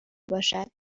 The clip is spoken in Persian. باشد